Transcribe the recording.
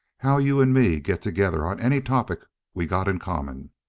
how you and me get together on any topic we got in common.